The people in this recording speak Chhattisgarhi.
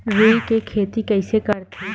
रुई के खेती कइसे करथे?